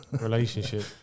Relationship